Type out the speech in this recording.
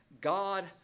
God